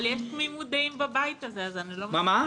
אבל יש תמימות דעים בבית הזה, אז אני מבינה.